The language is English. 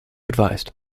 advised